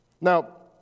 Now